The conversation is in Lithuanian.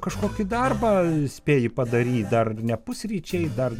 kažkokį darbą spėji padaryt dar ne pusryčiai dar